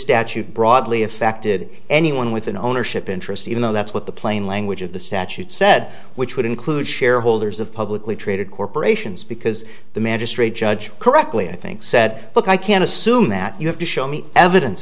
statute broadly affected anyone with an ownership interest even though that's what the plain language of the statute said which would include shareholders of publicly traded corporations because the magistrate judge correctly i think said look i can't assume that you have to show me evidence